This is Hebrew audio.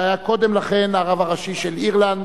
שהיה קודם לכן הרב הראשי של אירלנד,